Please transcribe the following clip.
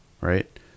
right